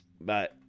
Bye